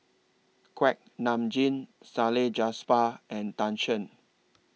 Kuak Nam Jin Salleh and Tan Shen